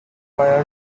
fire